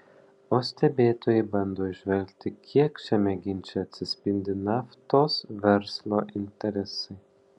o stebėtojai bando įžvelgti kiek šiame ginče atsispindi naftos verslo interesai